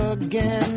again